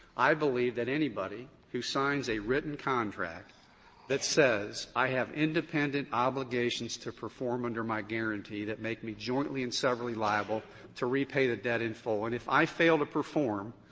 i believe that anybody who signs a written contract that says, i have independent obligations to perform under my guaranty that make me jointly and severally liable to repay the debt in full, and if i fail to perform,